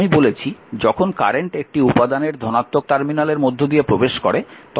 আমি বলেছি যখন কারেন্ট একটি উপাদানের ধনাত্মক টার্মিনালের মধ্য দিয়ে প্রবেশ করে তখন p vi হয়